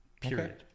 period